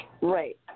Right